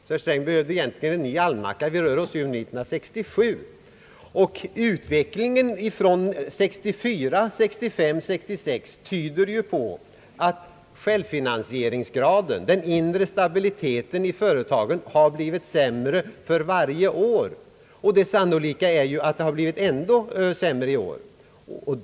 Herr Sträng behöver tydligen en ny almanacka! Vi rör oss nu med år 1967. Utvecklingen från åren 1964, 1965 och 1966 tyder ju på att självfinansieringsgraden, den inre stabiliteten i företagen, har blivit sämre för varje år, och det sannolika är att den har blivit ännu sämre i år.